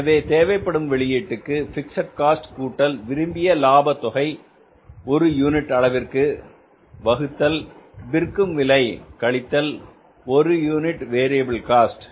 எனவே தேவைப்படும் வெளியீட்டுக்கு பிக்ஸட் காஸ்ட் கூட்டல் விரும்பிய லாப தொகை ஒரு யூனிட் அளவிற்கு வகுத்தல் விற்கும் விலை கழித்தல் ஒரு யூனிட் வேரியபில் காஸ்ட்